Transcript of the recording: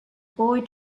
boy